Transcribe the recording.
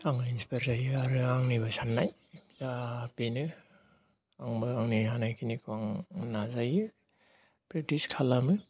आङो इन्सपायार जायो आरो आंनिबो साननाया दा बेनो आंबो आंनि हानायखिनिखौ नाजायो प्रेक्टिस खालामो